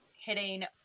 hitting